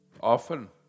often